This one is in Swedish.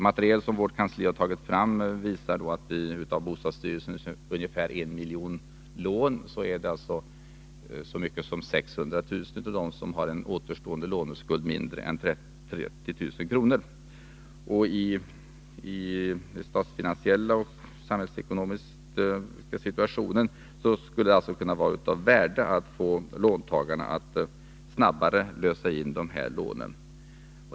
Material som vårt kansli har tagit fram visar, att av bostadsstyrelsens ca 1 miljon lån är så många som 600 000 med en återstående låneskuld på mindre än 30 000 kr. I den statsfinansiellt och samhällsekonomiskt svåra situationen skulle det ha kunnat vara av värde att få låntagarna att snabbare lösa in de här lånen.